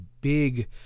big